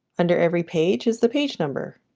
under every page is the page number.